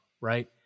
Right